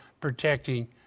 protecting